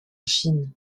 chine